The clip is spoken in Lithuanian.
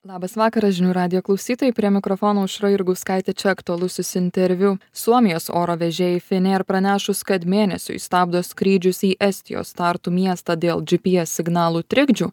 labas vakaras žinių radijo klausytojai prie mikrofono aušra jurgauskaitė čia aktualusis interviu suomijos oro vežėjui finnair pranešus kad mėnesiui stabdo skrydžius į estijos tartu miestą dėl gps signalų trikdžių